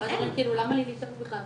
ואז הוא אומר: למה לי להתאמץ בכלל?